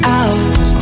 out